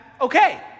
okay